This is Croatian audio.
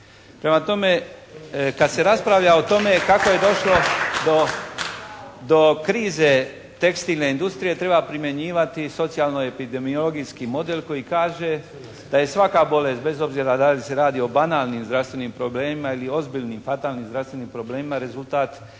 Prema tome, kad se raspravlja o tome /Pljesak./ kako je došlo do krize tekstilne industrije treba primjenjivati socijalno epidemiologijski model koji kaže, da je svaka bolest bez obzira da li se radi o banalnim zdravstvenim problemima ili o ozbiljnim, fatalnim zdravstvenim problemima rezultat